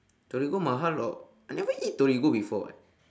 torigo mahal or I never eat torigo before [what]